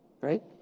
right